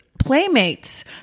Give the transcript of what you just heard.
playmates